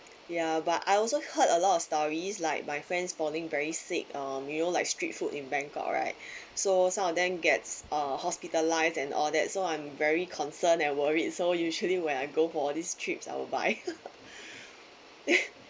ya but I also heard a lot of stories like my friends falling very sick um you know like street food in bangkok right so some of them gets uh hospitalised and all that so I'm very concerned and worried so usually when I go for all these trips I will buy